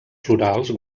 florals